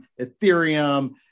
Ethereum